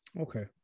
Okay